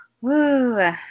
Woo